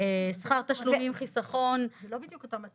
שכר תשלומים חיסכון --- זה לא בדיוק אותם התנאים.